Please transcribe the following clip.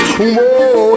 Whoa